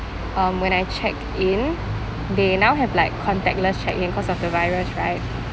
um when I checked in they now have like contactless check in because of the virus right